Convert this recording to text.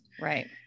right